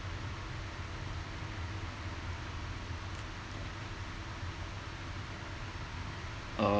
uh